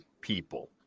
people